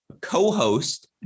co-host